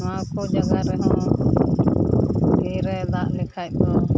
ᱚᱱᱟᱠᱚ ᱡᱟᱜᱟ ᱨᱮᱫᱚ ᱫᱟᱜ ᱞᱮᱠᱷᱟᱡ ᱫᱚ